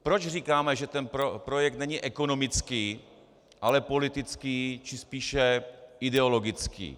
Proč říkáme, že ten projekt není ekonomický ale politický, či spíše ideologický?